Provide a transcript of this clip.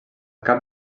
cap